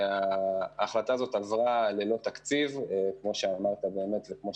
ההחלטה הזאת עברה ללא תקציב, כמו שנכתב